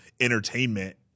entertainment